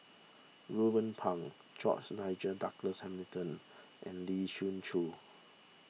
Ruben Pang George Nigel Douglas Hamilton and Lee Siew Choh